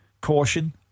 Caution